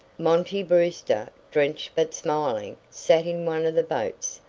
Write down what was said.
monty brewster, drenched but smiling, sat in one of the boats,